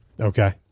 Okay